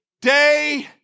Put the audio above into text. day